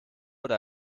oder